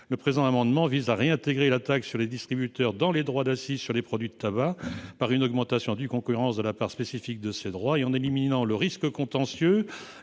le présent amendement vise à réintégrer la taxe sur les distributeurs dans les droits d'accises sur les produits de tabac, par une augmentation à due concurrence de la part spécifique de ces droits. En éliminant le risque contentieux